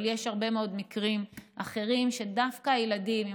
אבל יש הרבה מאוד מקרים אחרים שדווקא ילדים עם